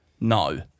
No